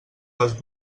les